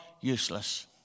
useless